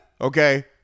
okay